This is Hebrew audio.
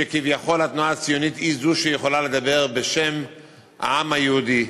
שכביכול התנועה הציונית היא זו שיכולה לדבר בשם העם היהודי.